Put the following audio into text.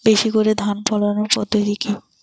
বেশি করে ধান ফলানোর পদ্ধতি?